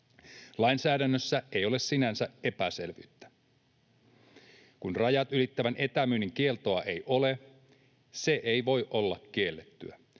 Lainsäädännössä ei ole sinänsä epäselvyyttä. Kun rajat ylittävän etämyynnin kieltoa ei ole, se ei voi olla kiellettyä.